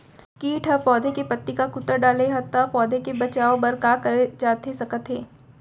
किट ह पौधा के पत्ती का कुतर डाले हे ता पौधा के बचाओ बर का करे जाथे सकत हे?